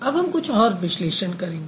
अब हम कुछ और विश्लेषण करेंगे